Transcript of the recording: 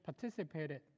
participated